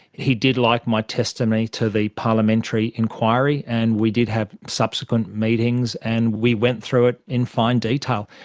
he did like my testimony to the parliamentary enquiry, and we did have subsequent meetings and we went through it in fine detail.